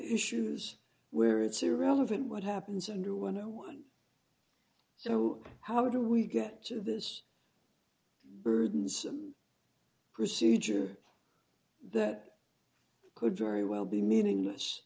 issues where it's irrelevant what happens under one o one so how do we get to this burdensome procedure that could very well be meaningless